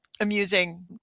amusing